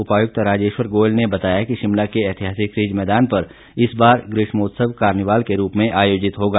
उपायुक्त राजेश्वर गोयल ने बताया कि शिमला के ऐतिहासिक रिज मैदान पर इस बार ग्रीष्मोत्सव कार्निवाल के रूप में आयोजित होगा